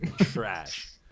trash